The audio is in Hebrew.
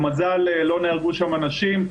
במזל לא נהרגו שם אנשים,